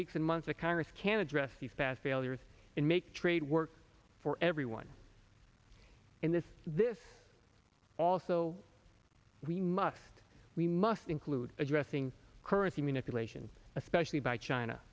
weeks and months a congress can address these past failures and make trade work for everyone in this this also we must we must include addressing currency manipulation especially by china